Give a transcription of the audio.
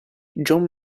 john